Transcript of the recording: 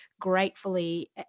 gratefully